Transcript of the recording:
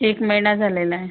एक महिना झालेला आहे